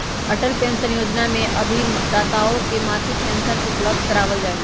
Atal pension Yojana में अभिदाताओं के मासिक पेंशन उपलब्ध करावल जाहई